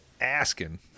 asking